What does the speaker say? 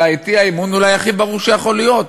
את האי-אמון אולי הכי ברור שיכול להיות,